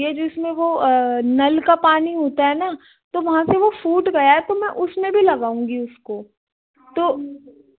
जिसमें वह नल का पानी होता है न तो वहाँ से वह फूट गया है तो मैं उसमें भी लगाऊँगी उसको तो